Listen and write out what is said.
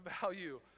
value